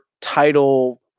title